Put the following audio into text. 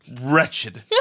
wretched